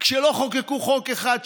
כשלא חוקקו חוק אחד,